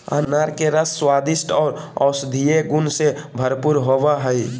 अनार के रस स्वादिष्ट आर औषधीय गुण से भरपूर होवई हई